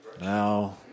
Now